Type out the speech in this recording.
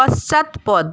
পশ্চাৎপদ